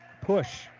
push